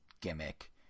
gimmick